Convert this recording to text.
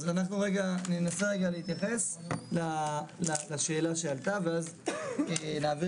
אני אנסה רגע להתייחס לשאלה שעלתה ואז להעביר